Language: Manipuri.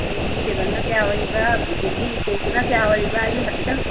ꯚꯤꯖꯤꯇꯦꯕꯜꯅ ꯀꯌꯥ ꯑꯣꯏꯔꯤꯕ ꯑꯗꯒꯤ ꯄꯣꯔꯛꯇꯨꯅ ꯀꯌꯥ ꯑꯣꯏꯔꯤꯕ ꯑꯩ ꯍꯥꯏꯐꯦꯠꯇꯪ